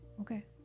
Okay